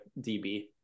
DB